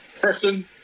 person